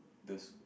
those